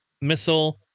missile